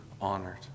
honored